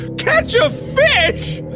catch a fish?